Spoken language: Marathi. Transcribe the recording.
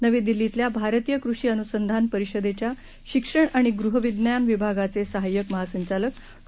नवीदिल्लीतल्याभारतीयकृषिअन्संधानपरिषदेच्याशिक्षणआणिगृहविज्ञानविभागाचेसहाय्यक महासंचालकडॉ